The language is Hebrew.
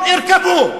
נישאר פה.